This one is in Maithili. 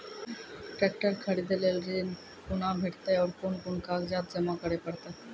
ट्रैक्टर खरीदै लेल ऋण कुना भेंटते और कुन कुन कागजात जमा करै परतै?